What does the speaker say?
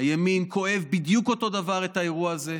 הימין כואב בדיוק אותו דבר את האירוע הזה.